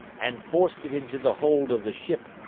and forced it into the hold of the ship,